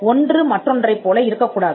ஒன்று மற்றொன்றைப் போல இருக்கக் கூடாது